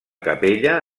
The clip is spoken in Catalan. capella